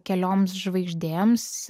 kelioms žvaigždėms